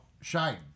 Shine